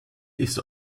ist